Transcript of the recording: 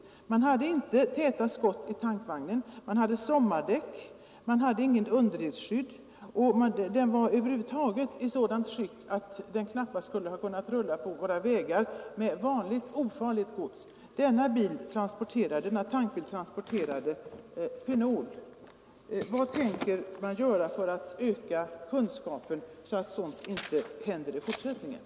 Den hade inte täta skott i tankvagnen, den var utrustad med sommardäck, den hade inte något underredsskydd, och den var över huvud taget i sådant skick att den knappast hade kunnat få köra på våra vägar med vanlig, ofarlig last. Men tankbilen transporterade fenol!